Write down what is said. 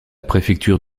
préfecture